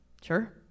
Sure